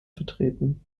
vertreten